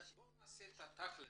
ונעשה דברים תכל'ס.